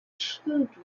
children